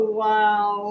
wow